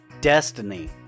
destiny